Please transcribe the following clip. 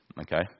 okay